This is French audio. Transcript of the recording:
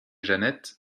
janet